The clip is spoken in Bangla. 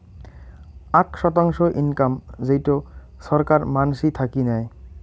আক শতাংশ ইনকাম যেইটো ছরকার মানসি থাকি নেয়